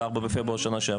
התאריך ה-24 בפברואר 2022?